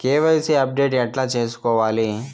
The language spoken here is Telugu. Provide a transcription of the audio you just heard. కె.వై.సి అప్డేట్ ఎట్లా సేసుకోవాలి?